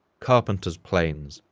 carpenters planes,